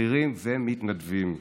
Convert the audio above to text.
שכירים ומתנדבים,